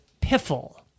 piffle